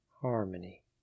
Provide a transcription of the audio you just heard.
harmony